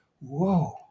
Whoa